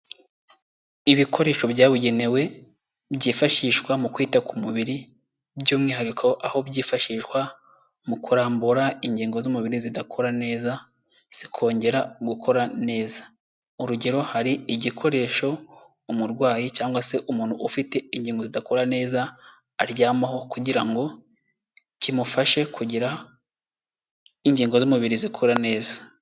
Ibikoresho byabugenewe byifashishwa mu kwita ku mubiri by'umwihariko aho byifashishwa mu kurambura ingingo z'umubiri zidakora neza zikongera gukora neza. Urugero hari igikoresho umurwayi cyangwa se umuntu ufite inkingo zidakora neza aryamaho kugira ngo kimufashe kugira ingingo z'umubiri zikora neza.